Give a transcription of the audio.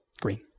Green